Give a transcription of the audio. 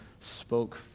spoke